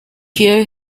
here